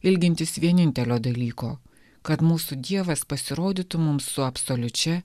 ilgintis vienintelio dalyko kad mūsų dievas pasirodytų mums su absoliučia